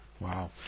Wow